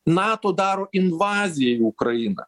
nato daro invaziją į ukrainą